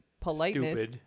politeness